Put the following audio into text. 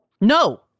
No